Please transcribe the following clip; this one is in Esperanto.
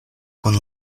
kun